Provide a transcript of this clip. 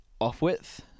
off-width